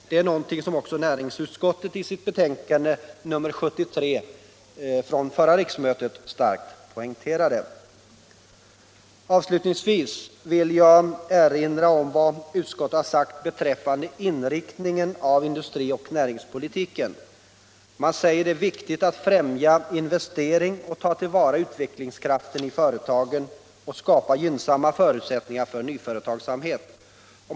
Det är någonting som också näringsutskottet i sitt betänkande nr 73 vid förra riksmötet starkt poängterade. Avslutningsvis vill jag erinra om vad utskottet har sagt beträffande inriktningen av industri och näringspolitiken. Man yttrar att det är viktigt att främja investering och ta till vara utvecklingskraften i företagen och att skapa gynnsamma förutsättningar för nyföretagsamhet.